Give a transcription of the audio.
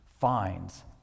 finds